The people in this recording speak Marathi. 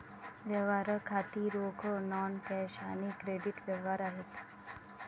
व्यवहार खाती रोख, नॉन कॅश आणि क्रेडिट व्यवहार आहेत